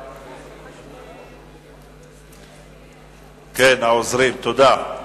כן, העוזרים, תודה.